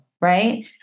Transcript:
right